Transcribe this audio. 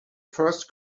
first